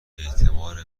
اعتبار